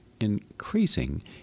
increasing